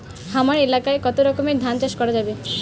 হামার এলাকায় কতো রকমের ধান চাষ করা যাবে?